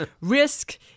Risk